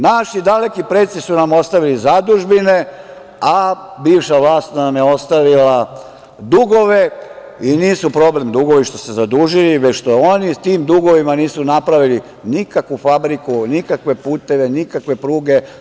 Naši daleki preci su nam ostavili zadužbine, a bivša vlast nam je ostavila dugove i nisu problem dugovi i što su se zadužili, već što oni sa tim dugovima nisu napravili nikakvu fabriku, nikakve puteve, nikakve pruge.